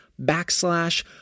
backslash